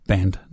Band